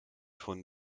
von